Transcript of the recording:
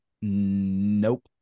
Nope